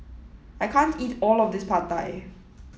I can't eat all of this Pad Thai